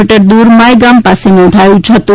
મી દૂર માય ગામ પાસે નોંધાયું હતું